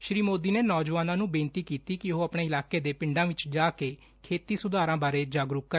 ਸ੍ਰੀ ਸੋਦੀ ਨੇ ਨੌਜਵਾਨਾਂ ਨੂੰ ਬੇਨਤੀ ਕੀਤੀ ਕਿ ਉਹ ਆਪਣੇ ਇਲਾਕੇ ਦੇ ਪਿੰਡਾਂ ਵਿਚ ਜਾ ਕੇ ਖੇਤੀ ਸੁਧਾਰਾਂ ਬਾਰੇ ਜਾਗਰੁਕ ਕਰਨ